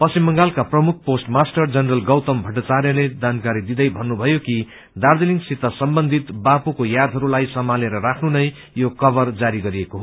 पश्चिम बंगालका प्रमुख पोस्ट मास्टर जनरल गौतम भट्टाचार्यले जानकारी दिँदै भन्नुभयो कि दार्जीलिङसित सम्बन्धित बापूको यादहरूलाई सम्भालेर राख्न नै यो कभर जारी गरिएको हो